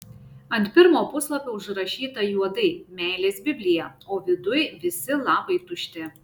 ant pirmo puslapio užrašyta juodai meilės biblija o viduj visi lapai tušti